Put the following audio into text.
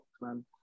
man